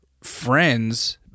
friends